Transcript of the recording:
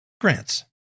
grants